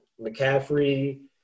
McCaffrey